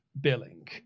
billing